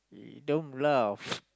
don't bluff